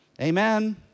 Amen